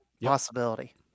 possibility